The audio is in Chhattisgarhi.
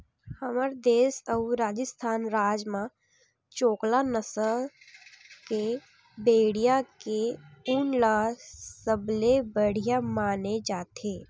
हमर देस अउ राजिस्थान राज म चोकला नसल के भेड़िया के ऊन ल सबले बड़िया माने जाथे